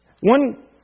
One